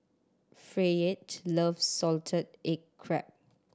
Fayette loves salted egg crab